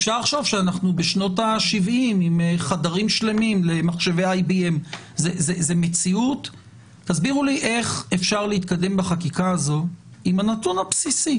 אפשר לחשוב שאנחנו בשנות ה-70 עם חדרים שלמים למחשבי IBM. תסבירו לי איך אפשר להתקדם בחקיקה הזו אם הנתון הבסיסי